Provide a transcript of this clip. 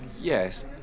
Yes